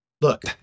Look